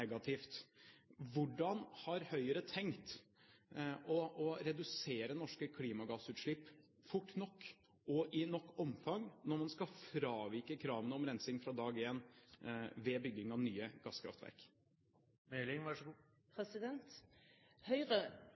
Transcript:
negativt. Hvordan har Høyre tenkt å redusere norske klimagassutslipp fort nok og i stort nok omfang når man skal fravike kravene om rensing fra dag én ved bygging av nye gasskraftverk? Høyre